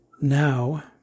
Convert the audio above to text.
Now